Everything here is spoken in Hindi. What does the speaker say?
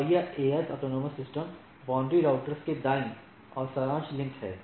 और यह एएस बाउंड्री राउटर्स के दाईं ओर एक सारांश लिंक है